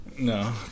No